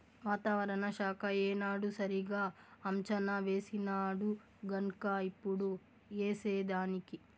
వాతావరణ శాఖ ఏనాడు సరిగా అంచనా వేసినాడుగన్క ఇప్పుడు ఏసేదానికి